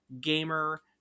Gamer